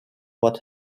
what